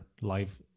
life